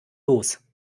los